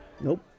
Nope